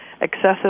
excessive